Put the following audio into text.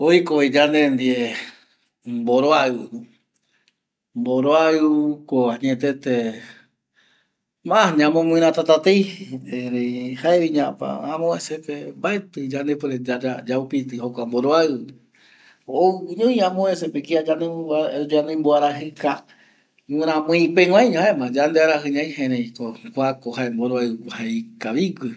Oikove yandendie mboroaiu, mboroaiu ko jae ma ñaguroitatei erei jaeñomapa amopevese mbaeti yande puede yaupiti jokua mboroaiu ou ñoi kia yandemboaraji, jaema yendemboaraji ñai, erei kua ko jae mboroaiu ikavigüe